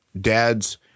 dad's